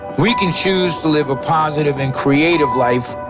we can choose to live a positive and creative life,